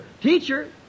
teacher